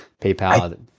PayPal